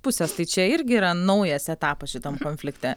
pusės tai čia irgi yra naujas etapas šitam konflikte